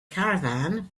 caravan